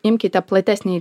imkite platesnį